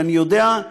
שאני יודע,